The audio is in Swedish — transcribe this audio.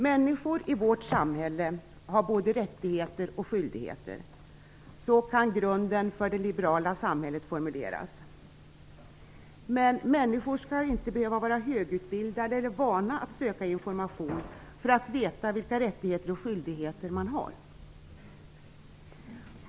Människor i vårt samhälle har både rättigheter och skyldigheter. Så kan grunden för det liberala samhället formuleras. Men människor skall inte behöva vara högutbildade eller vana att söka information för att veta vilka rättigheter och skyldigheter man har.